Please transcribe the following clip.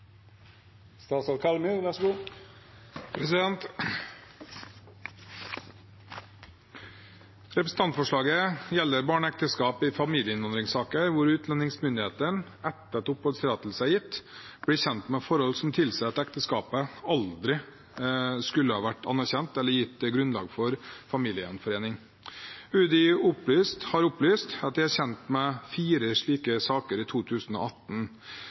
Representantforslaget gjelder barneekteskap i familieinnvandringssaker hvor utlendingsmyndighetene etter at oppholdstillatelse er gitt, blir kjent med forhold som tilsier at ekteskapet aldri skulle vært anerkjent eller gitt grunnlag for familiegjenforening. UDI har opplyst at de er kjent med fire slike saker i 2018.